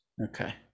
Okay